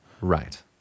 Right